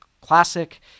classic